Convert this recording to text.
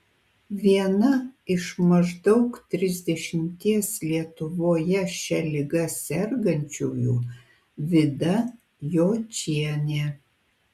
viena iš maždaug trisdešimties lietuvoje šia liga sergančiųjų vida jočienė